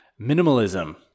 minimalism